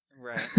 Right